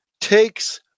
takes